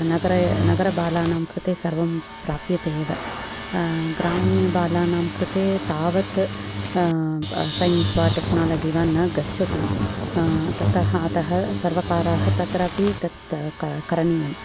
नगरे नगरबालानाम् कृते सर्वं प्राप्यते एव ग्रामीयबालानां कृते तावत् सैन्स् वा टेक्नोलजि वा न गच्छति तत अत सर्वकारा तत्रापि तत् तत् करणीयं